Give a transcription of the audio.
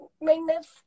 maintenance